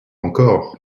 encore